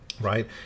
right